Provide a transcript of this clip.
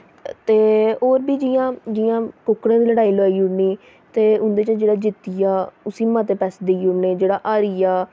ते होर बी जि'यां जि'यां कुक्कड़ें दी लड़ाई लुआई ओड़नी ते उं'दे च जेह्ड़ा जित्ती गेआ उस्सी मते पैसे देई ओड़ने जेह्ड़ा हारी गेआ